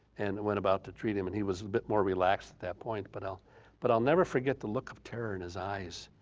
and went about to treat him and he was a bit more relaxed at that point, but i'll but i'll never forget the look of terror in his eyes,